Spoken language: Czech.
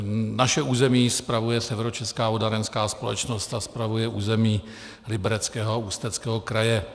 Naše území spravuje Severočeská vodárenská společnost a spravuje území Libereckého a Ústeckého kraje.